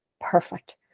perfect